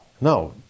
No